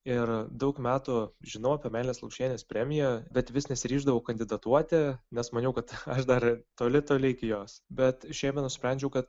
ir daug metų žinau apie meilės lukšienės premiją bet vis nesiryždavau kandidatuoti nes maniau kad aš dar toli toli iki jos bet šiemet nusprendžiau kad